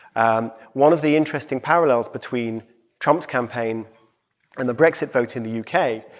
um one of the interesting parallels between trump's campaign and the brexit vote in the u k.